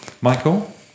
Michael